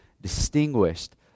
distinguished